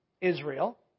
Israel